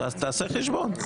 תעשה חשבון.